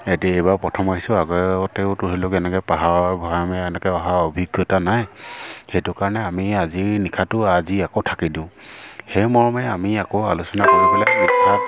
এতিয়া এইবাৰ প্ৰথম আহিছোঁ আগতেও ধৰি লওক এনেকৈ পাহাৰৰ ভৈয়ামে এনেকৈ অহা অভিজ্ঞতা নাই সেইটো কাৰণে আমি আজিৰ নিশাটো আজি আকৌ থাকি দিওঁ সেই মৰ্মে আমি আকৌ আলোচনা কৰি পেলাই নিশাত